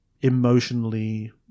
emotionally